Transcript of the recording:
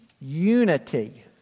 unity